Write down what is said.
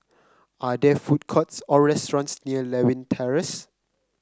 are there food courts or restaurants near Lewin Terrace